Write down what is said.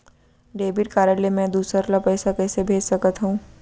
Debit card ले मैं दूसर ला पइसा कइसे भेज सकत हओं?